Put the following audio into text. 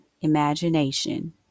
imagination